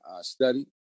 study